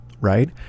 right